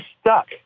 stuck